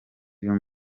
uyu